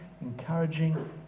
encouraging